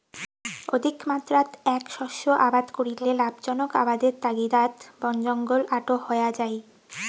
অধিকমাত্রাত এ্যাক শস্য আবাদ করিলে লাভজনক আবাদের তাগিদাত বনজঙ্গল আটো হয়া যাই